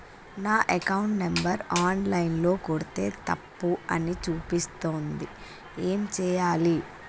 నా account number online ల కొడ్తే తప్పు అని చూపిస్తాంది ఏం చేయాలి?